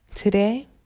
Today